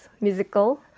musical